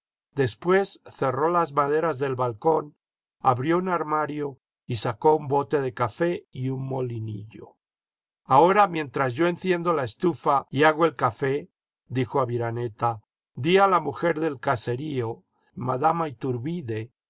después cerró las maderas del balcón abrió un armario y sacó un bote de café y un molinillo ahora mientras yo enciendo la estufa y hago el café dijo aviraneta di a la mujer del caserío madama ithurbide